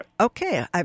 okay